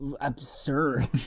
absurd